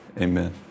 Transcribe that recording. Amen